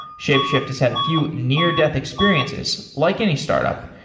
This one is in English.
shapeshift has had a few near-death experiences like any startup,